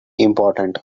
important